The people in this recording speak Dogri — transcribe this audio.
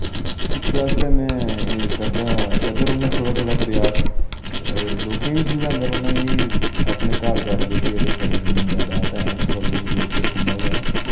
उसदे आस्तै में एह् करदा करदा रौह्न्नां थोह्ड़ा थोह्ड़ा प्रयास ते और लोकें बी समझांदा रौह्न्नां कि अपने घर घर जेह्की अगर थुआढ़ी जमीन जायदात है जां थुआढ़े कोल कोई इक इक खुम्बा है